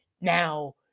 now